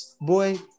boy